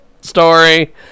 story